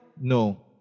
No